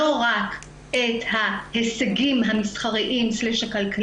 לא רק את ההישגים המסחריים/הכלכליים,